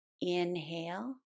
Inhale